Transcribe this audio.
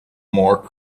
more